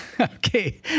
okay